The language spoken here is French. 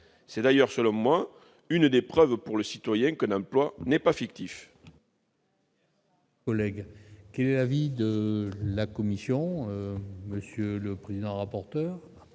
C'est d'ailleurs l'une des preuves pour le citoyen que l'emploi n'est pas fictif.